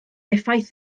effaith